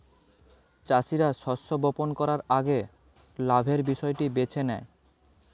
চাষীরা শস্য বপন করার আগে লাভের বিষয়টি বেছে নেয়